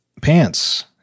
pants